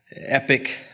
Epic